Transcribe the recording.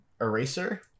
eraser